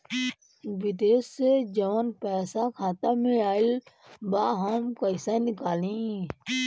विदेश से जवन पैसा खाता में आईल बा हम कईसे निकाली?